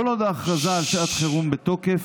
כל עוד ההכרזה על שעת חירום בתוקף,